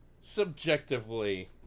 subjectively